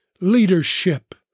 Leadership